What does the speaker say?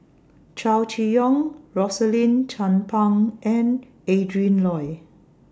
Chow Chee Yong Rosaline Chan Pang and Adrin Loi